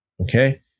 Okay